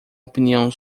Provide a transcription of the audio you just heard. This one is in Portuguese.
opinião